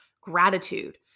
gratitude